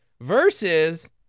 versus